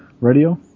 radio